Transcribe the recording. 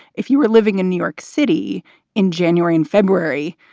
if you were living in new york city in january and february,